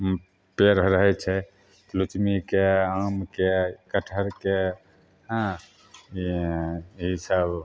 पेड़ रहय छै लोचनिके आमके कटहरके हँ एहि सब